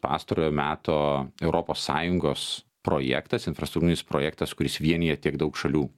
pastarojo meto europos sąjungos projektas infrastruktūrinis projektas kuris vienija tiek daug šalių